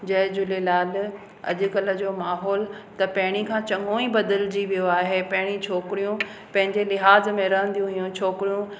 जय झूलेलाल अॼुकल्ह जो माहौल त पहिरियों खां चङो ई बदलजी वियो आहे पहिरियों छोकिरियूं पंहिंजे लिहाज़ में रहंदी हुयूं छोकिरियूं